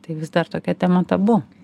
tai vis dar tokia tema tabu